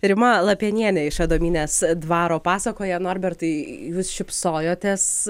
rima lapienienė iš adomynės dvaro pasakoja norbertai jūs šypsojotės